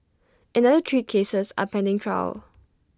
another three cases are pending trial